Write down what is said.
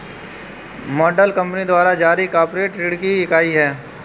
bond company द्वारा जारी corporate ऋण की इकाइयां हैं